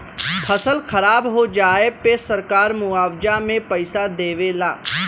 फसल खराब हो जाये पे सरकार मुआवजा में पईसा देवे ला